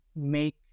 make